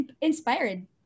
inspired